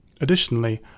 Additionally